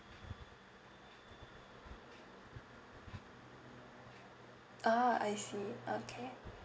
ah I see okay